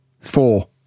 Four